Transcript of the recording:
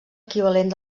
equivalent